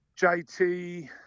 JT